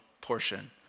portion